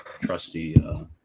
Trusty